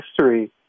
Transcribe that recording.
history